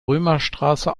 römerstraße